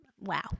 wow